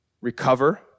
recover